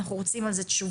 אנחנו רוצים על זה תשובות,